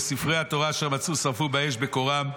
וספרי התורה אשר מצאו שרפו באש בקורעם.